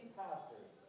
pastors